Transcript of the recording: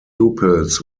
pupils